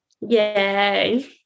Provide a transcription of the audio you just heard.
Yay